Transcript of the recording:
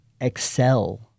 excel